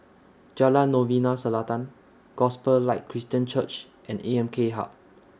Jalan Novena Selatan Gospel Light Christian Church and A M K Hub